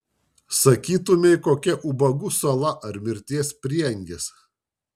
sakytumei kokia ubagų sala ar mirties prieangis